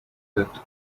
that